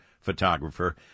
photographer